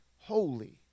holy